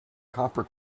copper